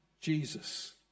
Jesus